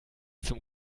zum